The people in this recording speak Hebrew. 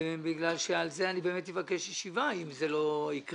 בגלל שעל זה אני באמת אבקש ישיבה אם זה לא יקרה.